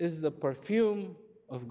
is the perfume of